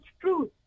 truth